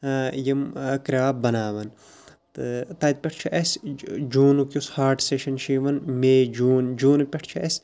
یِم کرٛاپ بَناوان تہٕ تَتہِ پٮ۪ٹھ چھُ اَسہِ جوٗنُک یُس ہاٹ سٮ۪شَن چھِ یِوان مے جوٗن جوٗنہٕ پٮ۪ٹھ چھِ اَسہِ